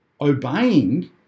obeying